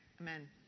amen